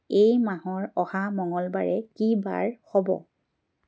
এই মাহৰ অহা মঙলবাৰে কি বাৰ হ'ব